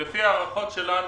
לפי הערכות שלנו,